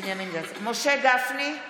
משה גפני,